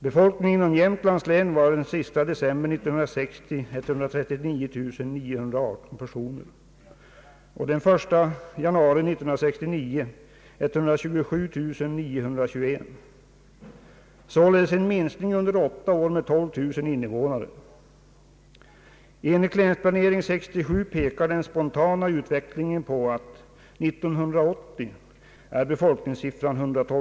Befolkningen i Jämtlands län uppgick den 31 december 1960 till 139 918 personer och den 1 januari 1969 till 127 921, således en minskning under åtta år med 12 000 invånare. Enligt Länsplanering 67 pekar den spontana utvecklingen mot befolkningssiffran 112 000 år 1980.